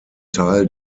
teil